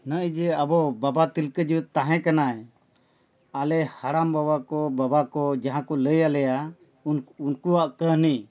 ᱱᱚᱜᱼᱚᱭ ᱡᱮ ᱟᱵᱚ ᱵᱟᱵᱟ ᱛᱤᱞᱠᱟᱹ ᱡᱮ ᱛᱟᱦᱮᱸ ᱠᱟᱱᱟᱭ ᱟᱞᱮ ᱦᱟᱲᱟᱢ ᱵᱟᱵᱟ ᱠᱚ ᱵᱟᱵᱟ ᱠᱚ ᱡᱟᱦᱟᱸ ᱠᱚ ᱞᱟᱹᱭ ᱟᱞᱮᱭᱟ ᱩᱱᱠᱩᱭᱟᱜ ᱠᱟᱹᱦᱱᱤ